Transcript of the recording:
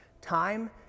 Time